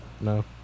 No